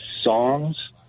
songs